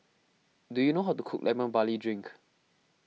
do you know how to cook Lemon Barley Drink